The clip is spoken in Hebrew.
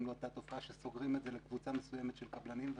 לאותה תופעה שסוגרים את זה לקבוצה מסוימת של קבלנים.